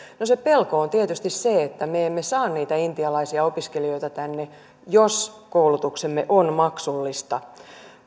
no se pelko on tietysti se että me emme saa niitä intialaisia opiskelijoita tänne jos koulutuksemme on maksullista